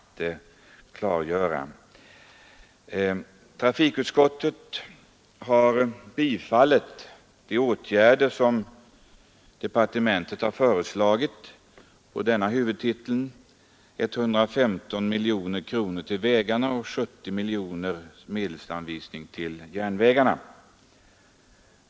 Trafikutskottet har tillstyrkt de åtgärder som föreslagits under kommunikationsdepartementets huvudtitel — en medelsanvisning av 115 miljoner kronor till vägarna och 70 miljoner kronor till järnvägarna.